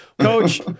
Coach